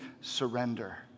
surrender